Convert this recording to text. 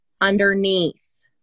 underneath